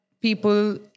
people